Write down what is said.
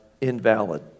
invalid